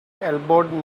elbowed